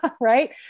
right